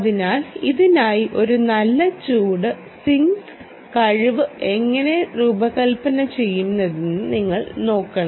അതിനാൽ ഇതിനായി ഒരു നല്ല ചൂട് സിങ് കഴിവ് എങ്ങനെ രൂപകൽപ്പന ചെയ്യണമെന്ന് നിങ്ങൾ നോക്കണം